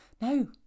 No